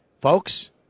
Folks